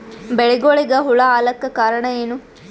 ಬೆಳಿಗೊಳಿಗ ಹುಳ ಆಲಕ್ಕ ಕಾರಣಯೇನು?